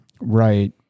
Right